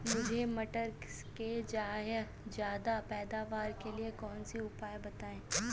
मुझे मटर के ज्यादा पैदावार के लिए कोई उपाय बताए?